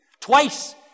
twice